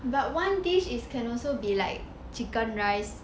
but one dish is can also be like chicken rice